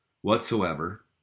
whatsoever